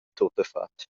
tuttafatg